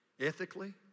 Ethically